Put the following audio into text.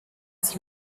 sie